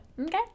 Okay